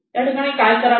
या ठिकाणी काय करावे